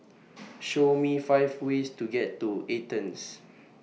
Show Me five ways to get to Athens